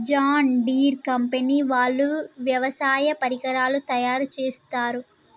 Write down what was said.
John Deere company వాళ్ళు వ్యవసాయ పరికరాలు తయారుచేస్తారు